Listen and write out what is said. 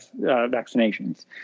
vaccinations